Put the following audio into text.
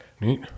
Neat